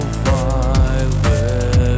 violet